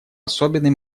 особенный